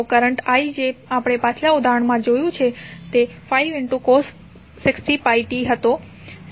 તો current i જે આપણે પાછલા ઉદાહરણમાં જોયું તે 5 cos 60πt હતો